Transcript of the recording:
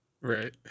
right